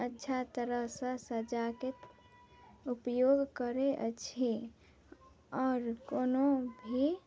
अच्छा तरहसँ सजाके उपयोग करय अछि आओर कोनो भी